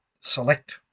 select